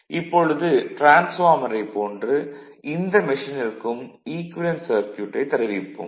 இப்பொழுது டிரான்ஸ்பார்மரைப் போன்று இந்த மெஷினிற்கும் ஈக்குவேலன்ட் சர்க்யூட்டைத் தருவிப்போம்